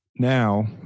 Now